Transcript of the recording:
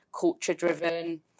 culture-driven